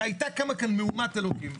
הרי הייתה קמה כאן מהומת אלוקים.